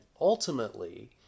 ultimately